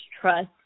trust